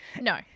no